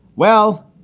well,